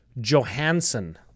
Johansson